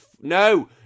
No